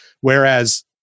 Whereas